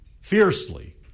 fiercely